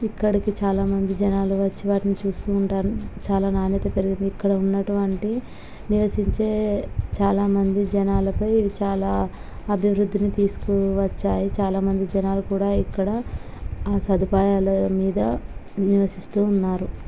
ఇక్కడికి చాలామంది జనాలు వచ్చి వాటిని చూస్తూ ఉంటారు చాలా నాణ్యత కలిగి ఉంది ఇక్కడ ఉన్నటువంటి నివసించే చాలా మంది జనాలపై చాలా అభివృద్ధిని తీసుకువచ్చాయి చాలా మంది జనాలు కూడా ఇక్కడ ఆ సదుపాయాల మీద నివసిస్తూ ఉన్నారు